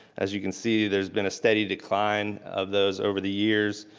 as you can see, there's been a steady decline of those over the years.